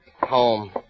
Home